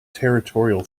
territorial